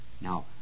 Now